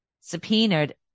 subpoenaed